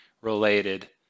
related